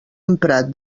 emprat